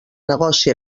negoci